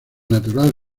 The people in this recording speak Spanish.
natural